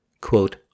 Quote